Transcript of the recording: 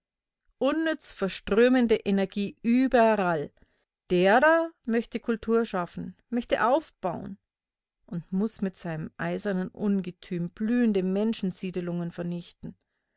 unnütz verströmende energie überall der da möchte kultur schaffen möchte aufbauen und muß mit seinem eisernen ungetüm blühende menschen-siedelungen vernichten